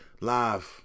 live